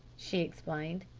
she explained.